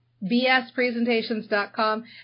bspresentations.com